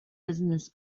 business